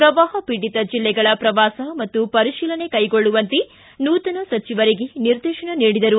ಪ್ರವಾಹ ಪೀಡಿತ ಜಿಲ್ಲೆಗಳ ಪ್ರವಾಸ ಮತ್ತು ಪರಿಶೀಲನೆ ಕೈಗೊಳ್ಳುವಂತೆ ನೂತನ ಸಚಿವರಿಗೆ ನಿರ್ದೇಶನ ನೀಡಿದರು